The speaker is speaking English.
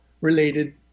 related